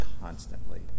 constantly